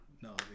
No